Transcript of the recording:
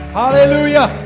hallelujah